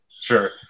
Sure